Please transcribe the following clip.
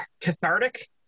cathartic